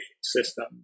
system